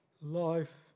Life